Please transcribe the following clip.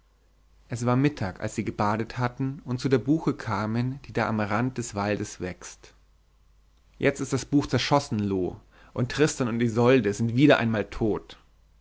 es war mittag als sie gebadet hatten und zu der buche kamen die da am rand des waldes wächst jetzt ist das buch zerschossen loo und tristan und isolde sind wieder einmal tot